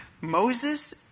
Moses